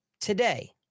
today